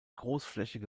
großflächige